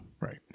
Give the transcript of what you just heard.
right